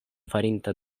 farinta